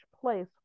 place